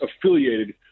affiliated